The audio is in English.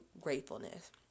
gratefulness